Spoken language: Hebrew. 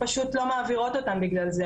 פשוט לא מעבירות אותם בגלל זה,